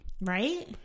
Right